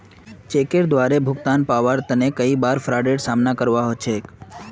चेकेर द्वारे भुगतान पाबार तने कई बार फ्राडेर सामना करवा ह छेक